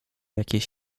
jakiejś